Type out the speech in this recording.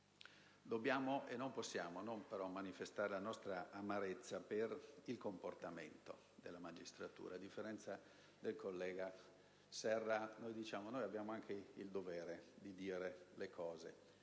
possiamo esimerci però dal manifestare la nostra amarezza per il comportamento della magistratura; a differenza del collega Serra, diciamo che abbiamo anche il dovere di dire le cose,